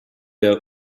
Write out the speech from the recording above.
der